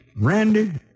Randy